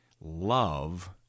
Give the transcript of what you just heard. love